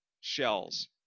shells